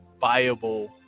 viable